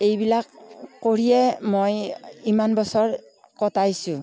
এইবিলাক কৰিয়েই মই ইমান বছৰ কটাইছোঁ